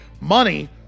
money